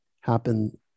happen